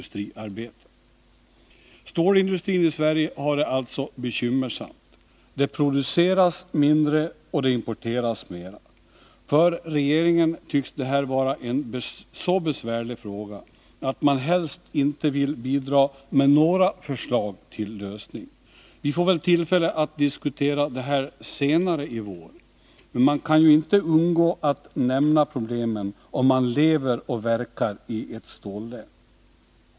Stålindustrin i Sverige har det alltså bekymmersamt. Det produceras mindre och importeras mera. För regeringen tycks det här vara en så besvärlig fråga att man helst inte vill bidra med några förslag till lösningar. Vi får väl tillfälle att diskutera det här senare i vår, men man kan inte undgå att nämna problemen när man lever och verkar i ett stållän.